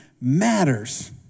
matters